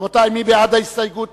רבותי, מי בעד ההסתייגות?